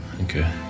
Okay